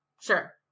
sure